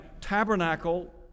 tabernacle